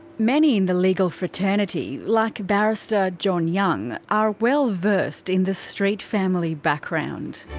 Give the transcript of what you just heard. many in the legal fraternity, like barrister john young, are well versed in the street family background.